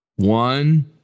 One